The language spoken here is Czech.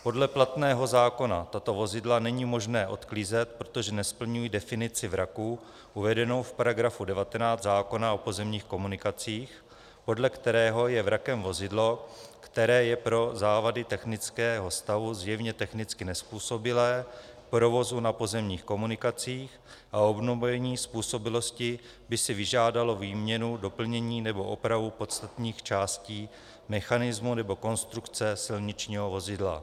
Podle platného zákona tato vozidla není možné odklízet, protože nesplňují definici vraku uvedenou v § 19 zákona o pozemních komunikacích, podle kterého je vrakem vozidlo, které je pro závady technického stavu zjevně technicky nezpůsobilé k provozu na pozemních komunikacích, a obnovení způsobilosti by si vyžádalo výměnu, doplnění nebo opravu podstatných částí mechanismu nebo konstrukce silničního vozidla.